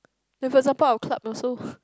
like for example our club also